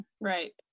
right